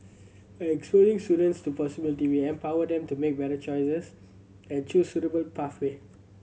by exposing students to possibility we empower them to make better choices and choose suitable pathway